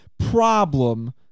Problem